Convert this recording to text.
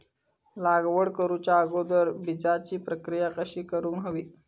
लागवड करूच्या अगोदर बिजाची प्रकिया कशी करून हवी?